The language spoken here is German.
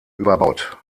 überbaut